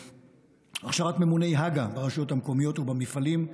הכשרות ממוני הג"א ברשויות המקומיות ובמפעלים,